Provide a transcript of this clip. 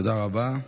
תודה רבה.